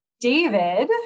David